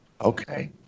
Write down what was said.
Okay